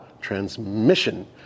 Transmission